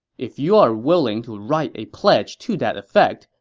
if you are willing to write a pledge to that effect,